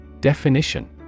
Definition